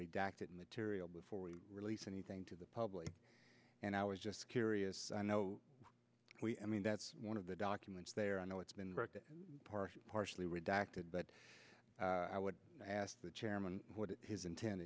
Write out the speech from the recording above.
redacted material before we release anything to the public and i was just curious i know i mean that's one of the documents there i know it's been partially partially redacted but i would ask the chairman what his intent